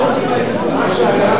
מה שהיה,